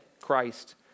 Christ